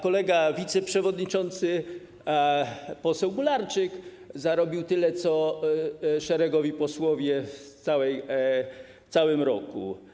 Kolega wiceprzewodniczący, poseł Mularczyk, zarobił tyle, co szeregowi posłowie w całym roku.